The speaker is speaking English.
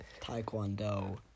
Taekwondo